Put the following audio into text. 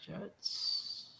Jets